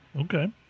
Okay